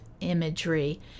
imagery